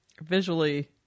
visually